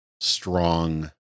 strong